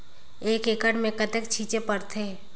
एक एकड़ मे कतेक छीचे पड़थे?